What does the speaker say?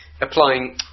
applying